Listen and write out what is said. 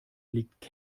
liegt